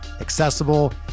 accessible